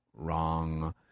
Wrong